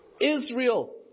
Israel